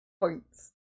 Points